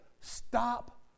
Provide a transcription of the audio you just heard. stop